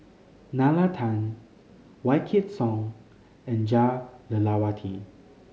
Nalla Tan Wykidd Song and Jah Lelawati